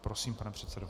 Prosím, pane předsedo.